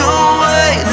away